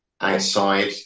outside